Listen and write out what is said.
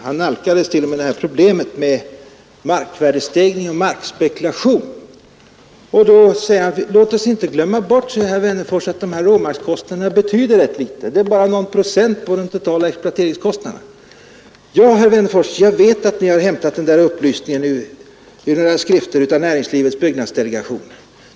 Han nalkades t.o.m. problemet med markvärdestegring och markspekulation. Låt oss inte glömma bort, sade herr Wennerfors, att råmarkskostnaderna betyder rätt litet. De utgör bara någon procent av de totala exploateringskostnaderna. Ja, herr Wennerfors, jag vet att ni har hämtat denna upplysning ur någon skrift från Näringslivets byggnadsdelegation.